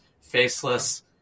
faceless